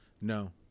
no